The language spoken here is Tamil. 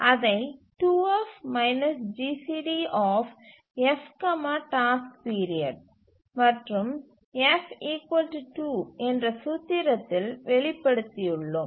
அதை 2F GCDF task period மற்றும் F 2 என்ற சூத்திரத்தில் வெளிப்படுத்தியுள்ளோம்